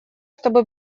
чтобы